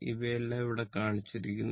ഇവയെല്ലാം ഇവിടെ കാണിച്ചിരിക്കുന്നു